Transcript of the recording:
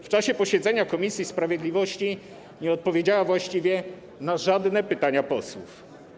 W czasie posiedzenia komisji sprawiedliwości nie odpowiedziała właściwie na żadne pytanie posłów.